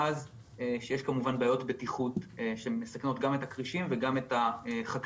ואז שיש כמובן בעיות בטיחות שמסכנות גם את הכרישים וגם את החקלאים.